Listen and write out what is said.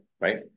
right